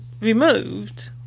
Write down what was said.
removed